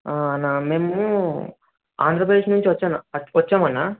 అన్నా మేము ఆంధ్రప్రదేశ్ నుంచి వచ్చాను వచ్చాము అన్నా